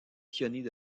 pionniers